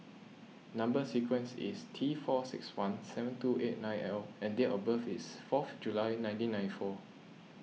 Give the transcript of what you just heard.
Number Sequence is T four six one seven two eight nine L and date of birth is fourth July nineteen ninety four